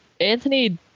Anthony